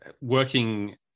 working